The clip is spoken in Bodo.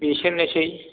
बेसोरनोसै